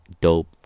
dope